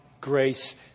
grace